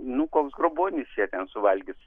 nu koks grobuonis ją ten suvalgys